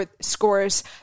scores